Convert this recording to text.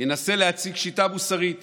ינסה להציג שיטה מוסרית